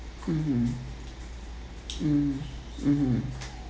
mmhmm mm mmhmm